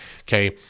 Okay